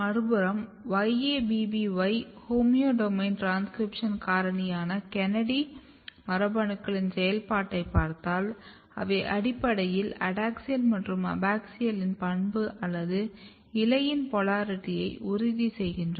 மறுபுறம் YABBY homeodomain transcription காரணியான KANADI மரபணுக்களின் செயல்பாட்டைப் பார்த்தால் அவை அடிப்படையில் அடாக்ஸியல் மற்றும் அபாக்ஸியலின் பண்பு அல்லது இலையின் போலாரிட்டியை உறுதி செய்கின்றன